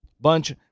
Bunch